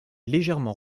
légèrement